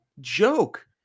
joke